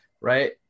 right